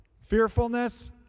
fearfulness